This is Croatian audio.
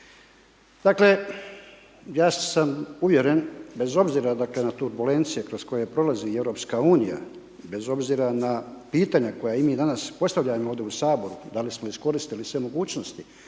Dakle, ja sam uvjeren bez obzira dakle na turbulencije kroz koje prolazi EU, bez obzira na pitanja koja i mi danas postavljamo ovdje u saboru, da li smo iskoristili sve mogućnosti